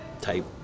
type